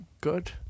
Good